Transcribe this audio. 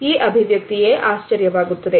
ಈ ಅಭಿವ್ಯಕ್ತಿಯೇ ಆಶ್ಚರ್ಯವಾಗುತ್ತದೆ